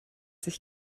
sich